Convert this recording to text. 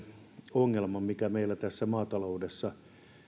ongelmassa mikä meillä tässä maataloudessa